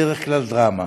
בדרך כלל דרמה.